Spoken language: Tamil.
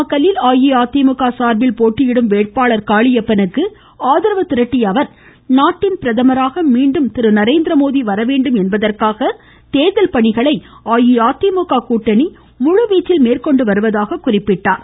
நாமக்கல்லில் அஇஅதிமுக சார்பில் போட்டியிடும் வேட்பாளர் காளியப்பனுக்கு ஆதரவு திரட்டிய அவர் நாட்டின் பிரதமராக மீண்டும் நரேந்திரமோடி வரவேண்டும் என்பதற்காக தேர்தல் பணிகளை அஇஅதிமுக கூட்டணி முழுவீச்சில் மேற்கொண்டு வருவதாக குறிப்பிட்டார்